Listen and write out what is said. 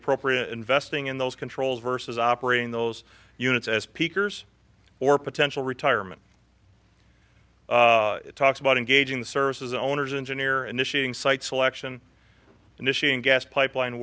appropriate investing in those controls versus operating those units as speakers or potential retirement talks about engaging the services owners engineer initiating site selection initiating gas pipeline